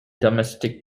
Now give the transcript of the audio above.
domestic